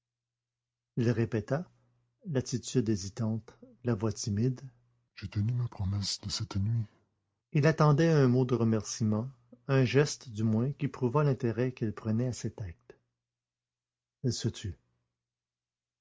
il répéta l'attitude hésitante la voix timide j'ai tenu ma promesse de cette nuit il attendait un mot de remerciement un geste du moins qui prouvât l'intérêt qu'elle prenait à cet acte elle se tut